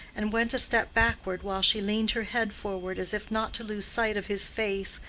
and went a step backward while she leaned her head forward as if not to lose sight of his face,